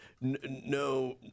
no